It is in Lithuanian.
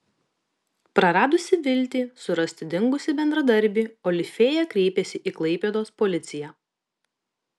praradusi viltį surasti dingusį bendradarbį olifėja kreipėsi į klaipėdos policiją